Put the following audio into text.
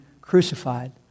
crucified